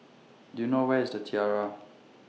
Do YOU know Where IS The Tiara